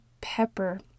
pepper